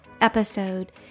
episode